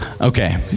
Okay